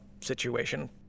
situation